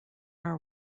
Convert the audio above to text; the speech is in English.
are